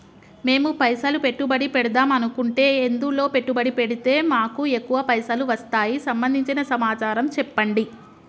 మేము పైసలు పెట్టుబడి పెడదాం అనుకుంటే ఎందులో పెట్టుబడి పెడితే మాకు ఎక్కువ పైసలు వస్తాయి సంబంధించిన సమాచారం చెప్పండి?